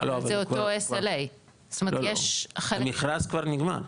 זאת אומרת --- מכרז כבר נגמר,